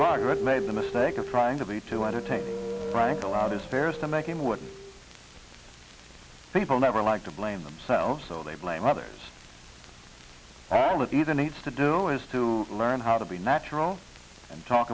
margaret made the mistake of trying to be to entertain frank allowed his fares to make him what people never like to blame themselves so they blame others arlette either needs to do is to learn how to be natural and talk